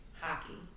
hockey